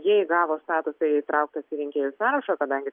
jei gavo statusą įtrauktas į rinkėjų sąrašą o kadangi